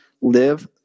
live